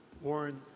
Warren